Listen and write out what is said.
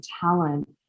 talent